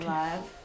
live